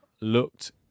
looked